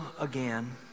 again